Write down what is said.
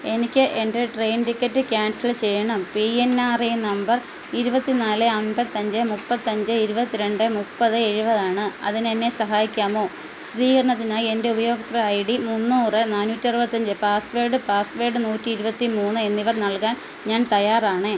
എനിക്ക് എൻ്റെ train ticket cancel ചെയ്യണം പി എൻ ആർ എ നമ്പർ ഇരുപത്തിനാല് അമ്പത്തഞ്ച് മുപ്പത്തഞ്ച് ഇരുപത്തിരണ്ട് മുപ്പത് എഴുപത് ആണ് അതിന് എന്നെ സഹായിക്കാമോ സ്ഥിതീകരണത്തിനായി എൻ്റെ ഉപയോക്തൃ ഐ ഡി മുന്നൂറ് നാനൂറ്റി അറുപത്തഞ്ച് പാസ്സ്വേഡ് പാസ്സ്വേഡ് നൂറ്റി ഇരുപത്തിമൂന്ന് എന്നിവ നൽകാൻ ഞാൻ തയ്യാറാണ്